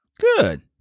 Good